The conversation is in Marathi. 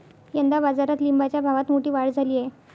यंदा बाजारात लिंबाच्या भावात मोठी वाढ झाली आहे